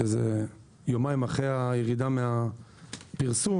שזה יומיים אחרי הירידה מהפרסום,